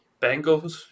Bengals